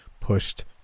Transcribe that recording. pushed